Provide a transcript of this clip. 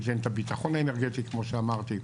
ייתן את הביטחון האנרגטי כמו שאמרתי,